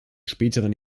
späteren